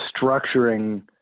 structuring